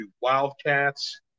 Wildcats